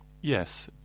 Yes